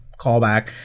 callback